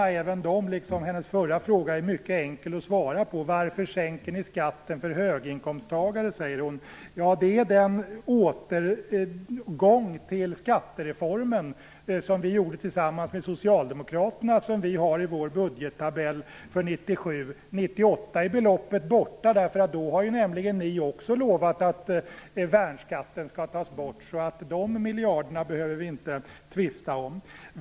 Även dessa frågor är, liksom hennes förra, mycket enkla att svara på. Hon frågar varför vi sänker skatten för höginkomsttagare. Jo, det är en återgång till den skattereform vi genomförde tillsammans med Socialdemokraterna. Den finns i vår budgettabell för 1997. 1998 är beloppet borta. Då har nämligen också Socialdemokraterna lovat att värnskatten skall tas bort. De miljarderna behöver vi alltså inte tvista om.